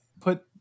put